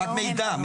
רק שאלה למידע.